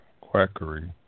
quackery